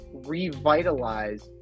revitalize